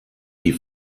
die